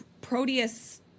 Proteus